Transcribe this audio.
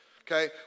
okay